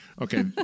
Okay